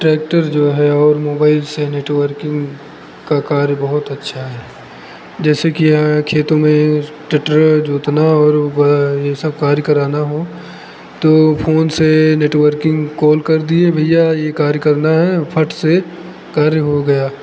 tractor जो है और मोबाइल से नेटवर्किंग का कार्य बहुत अच्छा है जैसे कि खेतों में ट्रैक्टर जोतना और ये सब कार्य कराना हो तो फ़ोन से नेटवर्किंग कॉल कर दिए भैया ये कार्य करना है फट से कार्य हो गया